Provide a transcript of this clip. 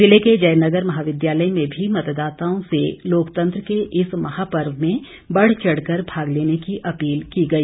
जिले के जय नगर महाविद्यालय में भी मतदाताओं से लोकतंत्र के इस महापर्व में बढ़चढ़ कर भाग लेने की अपील की गई